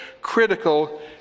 critical